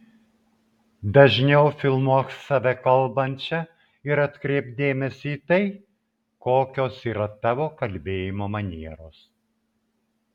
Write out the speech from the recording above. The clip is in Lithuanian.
dažniau filmuok save kalbančią ir atkreipk dėmesį į tai kokios yra tavo kalbėjimo manieros